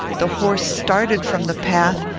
the horse started from the path,